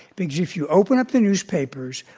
because if you open up the newspapers,